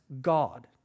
God